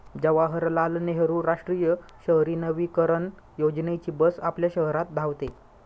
जवाहरलाल नेहरू राष्ट्रीय शहरी नवीकरण योजनेची बस आपल्या शहरात धावते